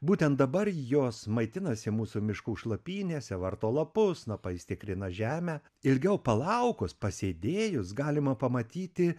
būtent dabar jos maitinasi mūsų miškų šlapynėse varto lapus snapais tikrina žemę ilgiau palaukus pasėdėjus galima pamatyti